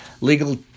Legal